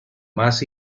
más